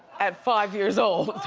at five years old.